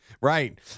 Right